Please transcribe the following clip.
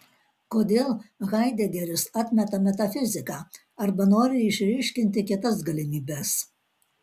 kodėl haidegeris atmeta metafiziką arba nori išryškinti kitas galimybes